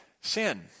sin